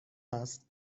است